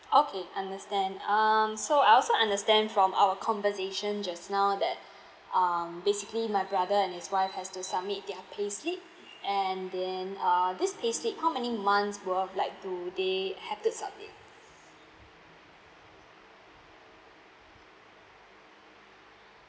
okay understand um so I also understand from our conversation just now that um basically my brother and his wife has to submit their pay slip and then uh this pay slip how many months were like do they have to submit